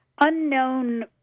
Unknown